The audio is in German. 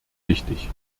wichtig